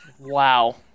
Wow